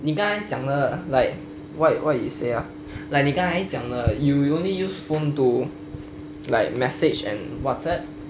你刚讲了:ni gang jiangle like what what you say ah like the guy 你刚讲了:ni gang jiangle you you only use phone to like message and whatsapp